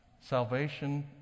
Salvation